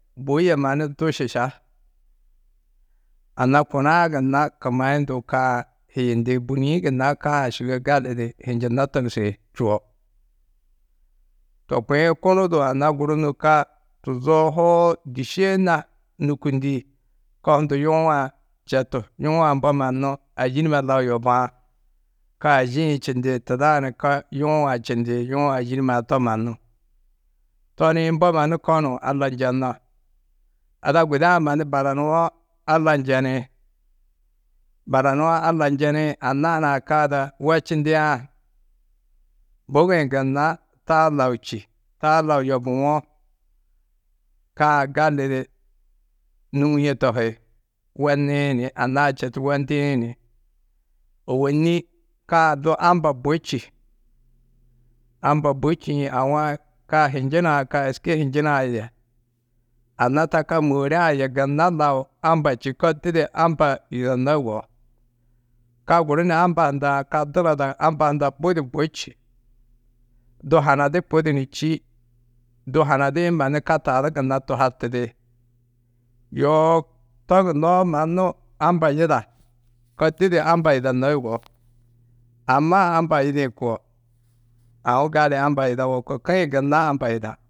Bui yê mannu du šiša anna kuna-ã gunna kumayundu ka-ã hiyindi bûniĩ gunna ka-ã šige gali di hinjinó togusi čuo. To kuĩ kunu du anna guru nû ka tuzoo, hoo, dîšee na nûkundi, ko hundu yuũ-ã četu. Yuũ-ã mbo mannu ayî numa lau yobuã ka ayîi-ĩ čindi tuda-ã ni ko yuũ-ã čindi yuũ ayî numa to mannu. To nii mbo mannu ko nuũ Alla njenno ada guda-ã mannu baranuwo Alla njeni, baranuwo Alla njeni anna hunã ka ada wečindiã bugo-ĩ gunna taa lau čî. Taa lau yobuwo ka-ã gali di nûŋie tohi. Weniĩ ni anna-ã četu wendiĩ ni ôwonni ka-ã du amba bui čî. Amba bui čîĩ aũ a ka hinjinã, ka êske hinjinã yê, anna ta ka môore-ã yê gunna lau amba čî ko didi amba yidanó yugó. Ka guru ni amba hundã, ka dunoda amba hundã budi bui čî. Du hanadi budi ni čî, du hanadi-ĩ mannu ka taa du gunna tuhatidi. Yoo to gunnoó mannu amba yida. Ko didi amba yidanó yugó. Amma amba yidĩ koo. Aũ gali amba yidawo, ko-ĩ gunna amba yida.